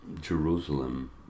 jerusalem